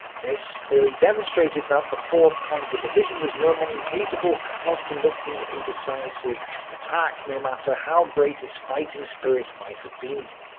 clearly demonstrated that the four. panzer-division was no longer capable of conducting a decisive attack, no matter how great its fighting spirit might have been.